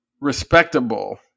respectable